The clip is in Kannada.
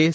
ಎಸ್